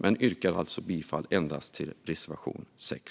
men yrkar alltså bifall endast till reservation 6.